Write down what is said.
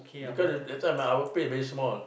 because that time ah our pay very small